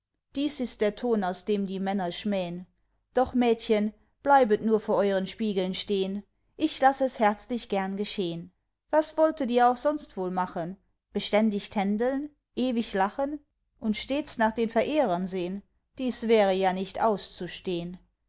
dies ist der ton aus dem die männer schmähn doch mädchen bleibet nur vor euren spiegeln stehn ich laß es herzlich gern geschehn was wolltet ihr auch sonst wohl machen beständig tändeln ewig lachen und stets nach den verehrern sehn dies wäre ja nicht auszustehn